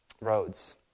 roads